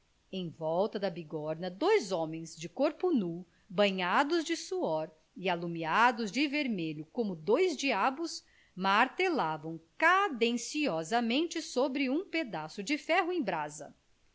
em volta da bigorna dois homens de corpo nu banhados de suor e alumiados de vermelho como dois diabos martelavam cadenciosamente sobre um pedaço de ferro em brasa